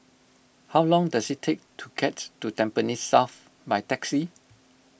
how long does it take to get to Tampines South by taxi